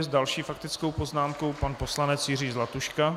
S další faktickou poznámkou pan poslanec Jiří Zlatuška.